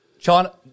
China